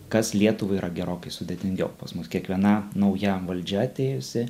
kas lietuvai yra gerokai sudėtingiau pas mus kiekviena nauja valdžia atėjusi